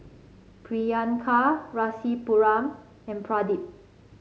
Priyanka Rasipuram and Pradip